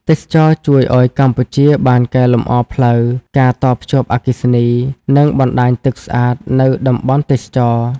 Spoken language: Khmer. ទេសចរណ៍ជួយឲ្យកម្ពុជាបានកែលម្អផ្លូវ ការតភ្ជាប់អគ្គិសនី និងបណ្តាញទឹកស្អាតនៅតំបន់ទេសចរណ៍។